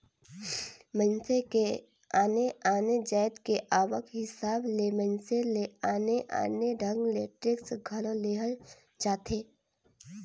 मइनसे के आने आने जाएत के आवक हिसाब ले मइनसे ले आने आने ढंग ले टेक्स घलो लेहल जाथे